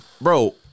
bro